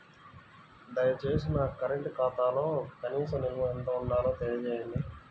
దయచేసి నా కరెంటు ఖాతాలో కనీస నిల్వ ఎంత ఉండాలో తెలియజేయండి